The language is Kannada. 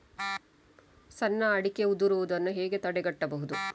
ಸಣ್ಣ ಅಡಿಕೆ ಉದುರುದನ್ನು ಹೇಗೆ ತಡೆಗಟ್ಟಬಹುದು?